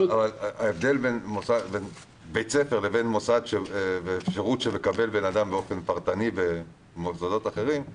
ההבדל בין בית ספר לבין שירות שמקבל אדם באופן פרטני במוסדות אחרים הוא